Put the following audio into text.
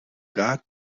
guard